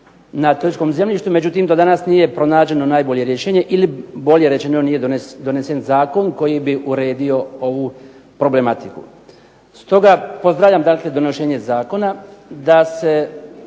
na turističkom zemljištu, međutim do danas nije pronađeno najbolje rješenje ili bolje rečeno nije donesen zakon koji bi uredio ovu problematiku. Stoga pozdravljam dakle donošenje zakona, da se